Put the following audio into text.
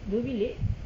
dua bilik